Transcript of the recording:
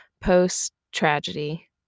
post-tragedy